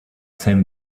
same